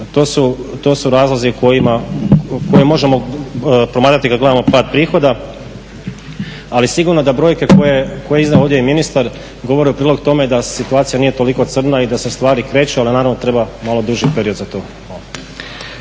To su razlozi koje možemo promatrati kada gledamo pad prihoda, ali sigurno da brojke koje je izdao ovdje i ministar govore u prilog tome da situacija nije toliko crna i da se stvari kreću ali nam naravno treba malo duži period za to.